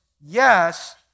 yes